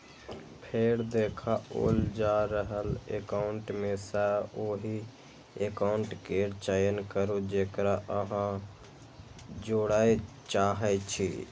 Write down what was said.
फेर देखाओल जा रहल एकाउंट मे सं ओहि एकाउंट केर चयन करू, जेकरा अहां जोड़य चाहै छी